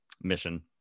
mission